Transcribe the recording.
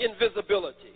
invisibility